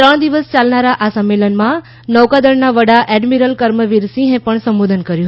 ત્રણ દિવસ ચાલનારા આ સંમેલનમાં નૌકાદળના વડા એડમીરલ કર્મવીરસિંહે પણ સંબોધન કર્યું